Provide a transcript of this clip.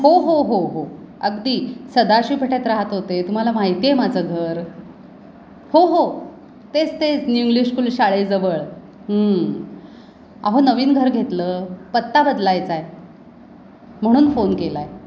हो हो हो हो अगदी सदाशिव पेठेत राहत होते तुम्हाला माहिती आहे माझं घर हो हो तेच तेच न्यू इंग्लिश स्कूल शाळेजवळ आहो नवीन घर घेतलं पत्ता बदलायचा आहे म्हणून फोन केला आहे